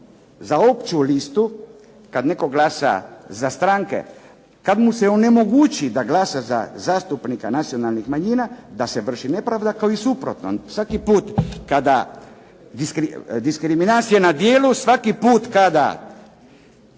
za opću listu, kad netko glasa za stranke, kad mu se onemogući da glasa za zastupnika nacionalnih manjina da se vrši nepravda kao i suprotno. Svaki put kada je diskriminacija na djelu, svaki put kada